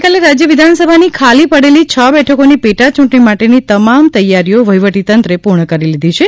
આવતીકાલે રાજ્ય વિધાનસભાની ખાલી પડેલી છ બેઠકોની પેટાચૂંટણી માટેની તમામ તૈયારીઓ વહીવટીતંત્રએ પૂર્ણ કરી લીધી છે